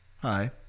Hi